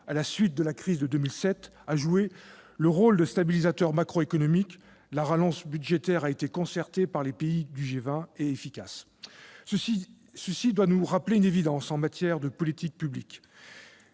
consécutive à la crise de 2007 a joué le rôle de stabilisateur macroéconomique, la relance budgétaire ayant été concertée entre les pays du G20 et efficace. Cela doit nous rappeler une évidence en matière de politique économique